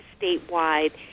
statewide